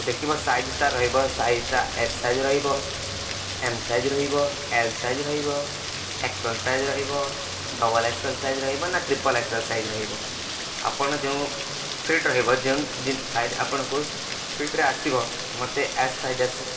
ଦେଖିବ ସାଇଜ୍ଟା ରହିବ ସାଇଜ୍ଟା ଏସ୍ ସାଇଜ୍ ରହିବ ଏମ୍ ସାଇଜ୍ ରହିବ ଏଲ୍ ସାଇଜ୍ ରହିବ ଏକ୍ସ ଏଲ୍ ସାଇଜ୍ ରହିବ ଡବଲ୍ ଏକ୍ସ ଏଲ୍ ସାଇଜ୍ ରହିବ ନା ଟ୍ରିପଲ୍ ଏକ୍ସ ଏଲ୍ ସାଇଜ୍ ରହିବ ଆପଣ ଯେଉଁ ଫିଟ୍ ରହିବ ଯେଉଁ ସାଇଜ୍ ଆପଣଙ୍କୁ ଫିଟ୍ରେ ଆସିବ ମୋତେ ଏସ୍ ସାଇଜ୍ ଆସେ